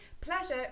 Pleasure